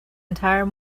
entire